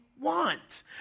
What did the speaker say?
want